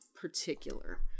particular